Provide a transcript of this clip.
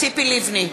ציפי לבני,